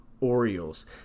Orioles